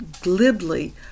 glibly